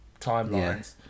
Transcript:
timelines